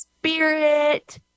Spirit